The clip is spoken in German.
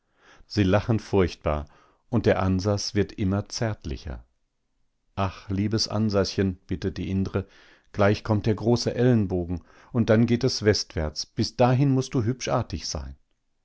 sie lachen furchtbar und der ansas wird immer zärtlicher ach liebes ansaschen bittet die indre gleich kommt der große ellenbogen und dann geht es westwärts bis dahin muß du hübsch artig sein